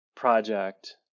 Project